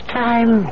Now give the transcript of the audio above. time